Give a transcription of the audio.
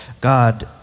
God